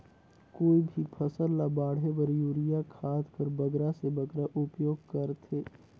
कोई भी फसल ल बाढ़े बर युरिया खाद कर बगरा से बगरा उपयोग कर थें?